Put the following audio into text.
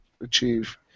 achieve